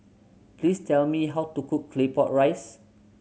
please tell me how to cook Claypot Rice